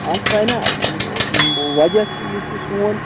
اَتھ ژایہِ نہ وَجہ چھُ یہِ کہِ سوٗن